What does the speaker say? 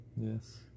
Yes